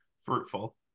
fruitful